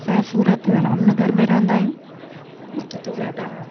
असांजे सूरत राम नगर में रहंदा आहियूं उते त ज़्यादह